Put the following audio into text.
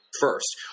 first